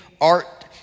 Art